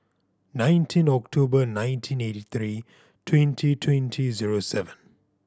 nineteen October nineteen eighty three twenty twenty zero seven